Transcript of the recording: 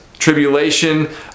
Tribulation